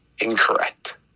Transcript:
Incorrect